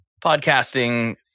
podcasting